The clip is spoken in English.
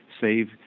save